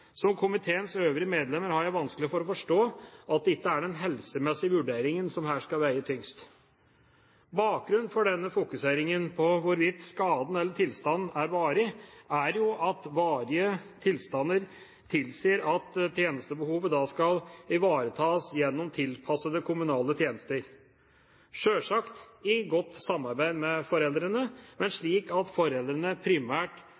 den helsemessige vurderingen som her skal veie tyngst. Bakgrunnen for fokuseringen på hvorvidt skaden eller tilstanden er varig eller ikke, er jo at varige tilstander tilsier at tjenestebehovet da skal ivaretas gjennom tilpassede kommunale tjenester – sjølsagt i godt samarbeid med foreldrene, men slik at foreldrene primært